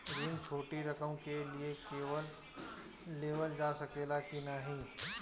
ऋण छोटी रकम के लिए लेवल जा सकेला की नाहीं?